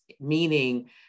meaning